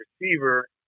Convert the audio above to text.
receiver